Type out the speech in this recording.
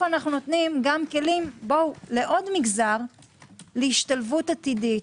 אנו נותנים גם כלים לעוד מגזר להשתלבות עתידית,